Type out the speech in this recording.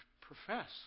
profess